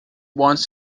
once